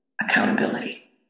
accountability